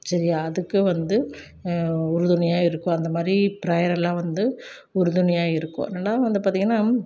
சரியா அதுக்கு வந்து உறுதுணையாக இருக்கும் அந்த மாதிரி பிரேயர் எல்லாம் வந்து உறுதுணையாக இருக்கும் அதனால் வந்து பார்த்திங்கன்னா